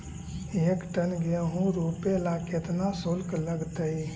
एक टन गेहूं रोपेला केतना शुल्क लगतई?